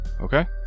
okay